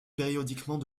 périodiquement